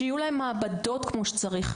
שיהיו להם מעבדות כמו שצריך.